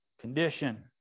condition